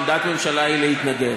עמדת הממשלה היא להתנגד.